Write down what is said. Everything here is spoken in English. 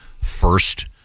first